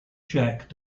jack